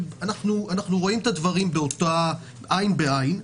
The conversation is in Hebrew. אנחנו רואים את הדברים עין בעין.